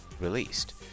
released